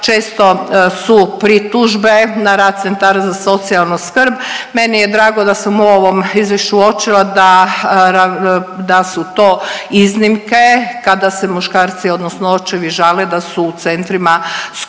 često su pritužbe na rad Centara za socijalnu skrb. Meni je drago da sam u ovom izvješću uočila da su to iznimke kada se muškarci odnosno očevi žale da su u centrima skloni,